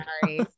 sorry